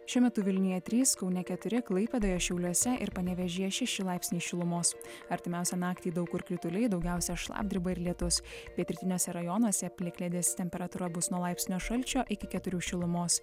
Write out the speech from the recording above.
šiuo metu vilniuje trys kaune keturi klaipėdoje šiauliuose ir panevėžyje šeši laipsniai šilumos artimiausią naktį daug kur krituliai daugiausia šlapdriba ir lietus pietrytiniuose rajonuose plikledis temperatūra bus nuo laipsnio šalčio iki keturių šilumos